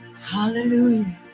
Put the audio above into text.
hallelujah